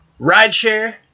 rideshare